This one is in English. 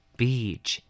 beach